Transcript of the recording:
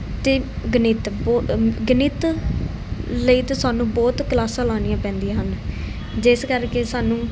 ਅਤੇ ਗਣਿਤ ਬੋ ਗਣਿਤ ਲਈ ਤਾਂ ਸਾਨੂੰ ਬਹੁਤ ਕਲਾਸਾਂ ਲਾਉਣੀਆਂ ਪੈਂਦੀਆਂ ਹਨ ਜਿਸ ਕਰਕੇ ਸਾਨੂੰ